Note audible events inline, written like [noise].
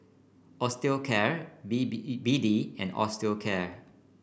Osteocare B [unintelligible] B D and Osteocare